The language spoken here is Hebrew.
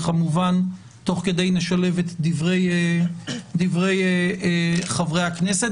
וכמובן תוך כדי כך נשלב את דברי חברי הכנסת.